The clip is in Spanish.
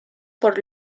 por